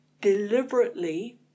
Deliberately